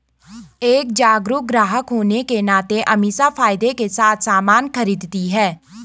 एक जागरूक ग्राहक होने के नाते अमीषा फायदे के साथ सामान खरीदती है